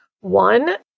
One